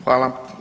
Hvala.